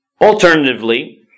alternatively